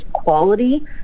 quality